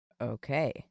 Okay